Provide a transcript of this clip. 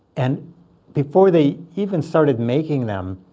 and before they even started making them,